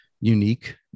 unique